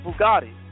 Bugatti